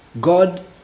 God